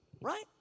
right